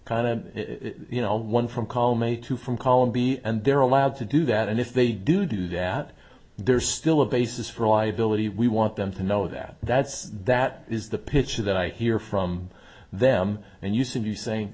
kind of you know one from column a two from column b and they're allowed to do that and if they do do that there's still a basis for liability we want them to know that that's that is the pitch that i hear from them and use and you saying